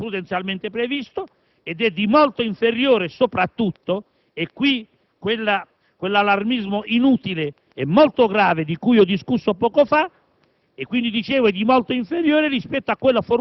dunque andava meglio di quanto avevamo prudenzialmente previsto - ed è di molto inferiore, soprattutto (ecco quell'allarmismo inutile e molto grave, di cui ho discusso poco fa)